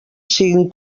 siguin